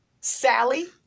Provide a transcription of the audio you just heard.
Sally